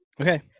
Okay